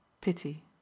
pity